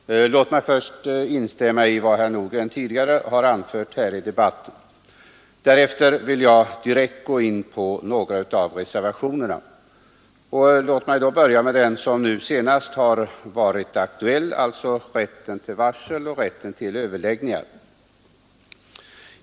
Herr talman! Låt mig först instämma i vad herr Nordgren tidigare anförde i debatten. Därefter vill jag gå direkt in på några av reservationerna och börjar då med den som senast har varit aktuell, nämligen rätten till varsel och rätten till överläggningar.